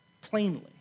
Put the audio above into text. plainly